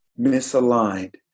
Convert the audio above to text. misaligned